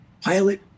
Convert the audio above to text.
pilot